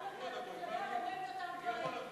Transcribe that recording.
גם שם כשאני מדברת אני אומרת אותם דברים.